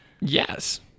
Yes